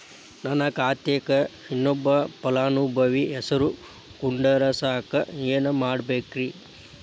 ನನ್ನ ಖಾತೆಕ್ ಇನ್ನೊಬ್ಬ ಫಲಾನುಭವಿ ಹೆಸರು ಕುಂಡರಸಾಕ ಏನ್ ಮಾಡ್ಬೇಕ್ರಿ?